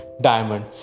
diamond